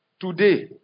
Today